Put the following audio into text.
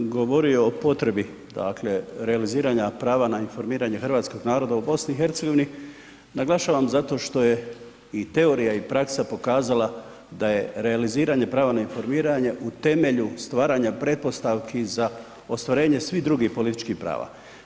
Ja sam govorio o potrebi, dakle, realiziranja prava na informiranje hrvatskog naroda u BiH, naglašavam zato što je i teorija i praksa pokazala da je realiziranje prava na informiranje u temelju stvaranja pretpostavki za ostvarenje svih drugih političkih prava.